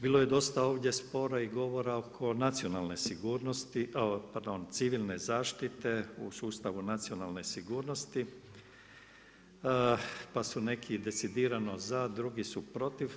Bilo je dosta ovdje spora i govora oko nacionalne sigurnosti, pardon civilne zaštite, u sustavu nacionalne sigurnosti, pa su neki decidirano za, drugi su protiv.